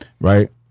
right